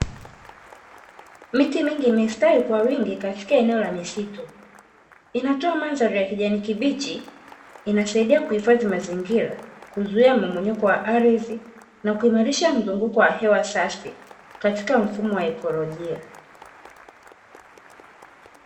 Miti mingi imestawi kwa wingi katika eneo la misitu. Inatoa mandhari ya kijani kibichi, inasaidia kuhifadhi mazingira, kuzuia mmomonyoko wa ardhi na kuimarisha mzunguko wa hewa safi, katika mfumo wa Ikolojia.